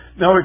Now